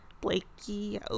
Blakey